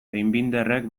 einbinderrek